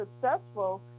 successful